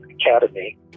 Academy